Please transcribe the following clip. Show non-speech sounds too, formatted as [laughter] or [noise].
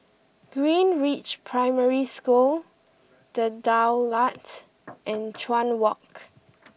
Greenridge Primary School The Daulat [noise] and Chuan Walk